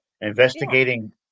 investigating